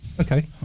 Okay